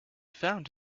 found